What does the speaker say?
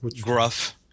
gruff